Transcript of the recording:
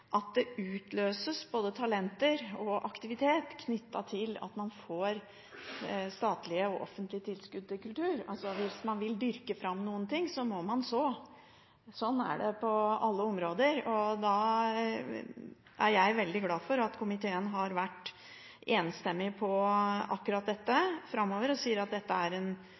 at det utløses både talenter og aktivitet knyttet til at man får statlige og offentlige tilskudd til kultur, for hvis man vil dyrke fram noe, må man så. Slik er det på alle områder. Og da er jeg er veldig glad for at komiteen har vært enstemmig på akkurat dette, og at de sier at dette er en